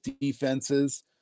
defenses